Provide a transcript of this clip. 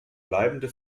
bleibende